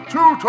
Two